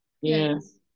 Yes